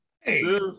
Hey